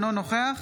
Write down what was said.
אינו נוכח